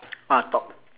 ah top